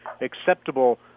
acceptable